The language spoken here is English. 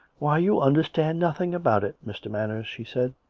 why, you understand nothing about it, mr. manners, she said.